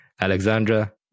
Alexandra